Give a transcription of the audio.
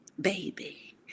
Baby